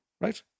right